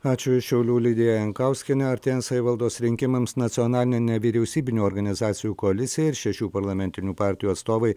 ačiū iš šiaulių lidija jankauskienė artėjant savivaldos rinkimams nacionalinė nevyriausybinių organizacijų koalicija ir šešių parlamentinių partijų atstovai